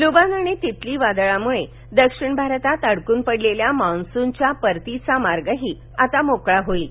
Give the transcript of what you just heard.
लुबान आणि तितली वादळांमुळे दक्षिण भारतात अडकून पडलेल्या मान्सून चा परतीचा मार्ग आता मोकळा होईल